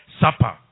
Supper